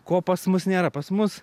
ko pas mus nėra pas mus